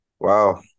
Wow